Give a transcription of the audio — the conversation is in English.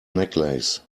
necklace